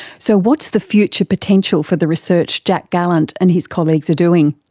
so what's the future potential for the research jack gallant and his colleagues are doing?